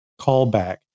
callback